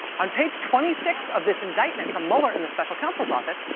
on page twenty six of this indictment from mueller in the special counsel's office,